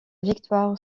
victoire